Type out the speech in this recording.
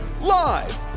Live